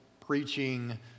preaching